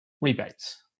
Rebates